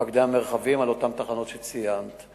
מפקדי המרחבים, על אותן תחנות שציינת.